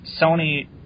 Sony